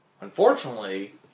Unfortunately